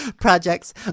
projects